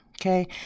Okay